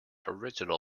original